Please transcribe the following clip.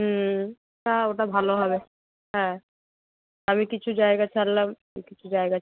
হুম হ্যাঁ ওটা ভালো হবে হ্যাঁ আমি কিছু জায়গা ছাড়লাম তুমি কিছু জায়গা